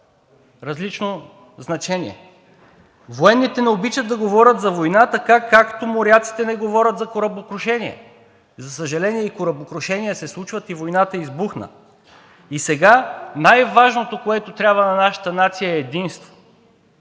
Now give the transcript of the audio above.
различно значение – военните не обичат да говорят за война така, както моряците не говорят за корабокрушение. За съжаление, и корабокрушенията се случват, и войната избухна, и сега най-важното, което трябва на нашата нация, е единство.